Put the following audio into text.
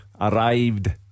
arrived